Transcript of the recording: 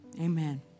Amen